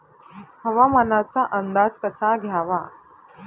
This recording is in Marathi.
हवामानाचा अंदाज कसा घ्यावा?